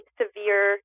severe